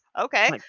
okay